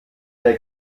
der